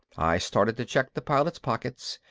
i started to check the pilot's pockets.